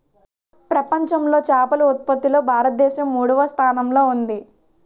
ప్రపంచంలో చేపల ఉత్పత్తిలో భారతదేశం మూడవ స్థానంలో ఉంది